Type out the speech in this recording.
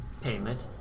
payment